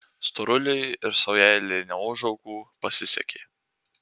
storuliui ir saujelei neūžaugų pasisekė